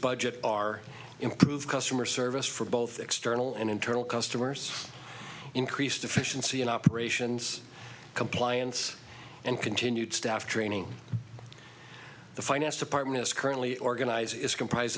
budget are improve customer service for both external and internal customers increased efficiency in operations compliance and continued staff training the finance department is currently organized is comprise